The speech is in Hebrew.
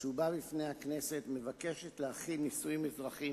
שהובאה לפני הכנסת מבקשת להחיל נישואים אזרחיים